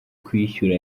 kwishyura